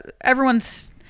everyone's